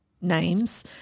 names